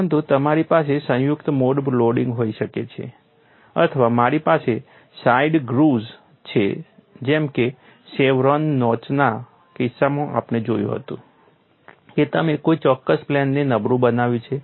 પરંતુ તમારી પાસે સંયુક્ત મોડ લોડિંગ હોઈ શકે છે અથવા મારી પાસે સાઇડ ગ્રૂવ્સ છે જેમ કે શેવરોન નોચના કિસ્સામાં આપણે જોયું હતું કે તમે કોઈ ચોક્કસ પ્લેનને નબળું બનાવ્યું છે